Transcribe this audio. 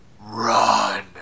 Run